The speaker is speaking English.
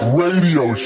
radio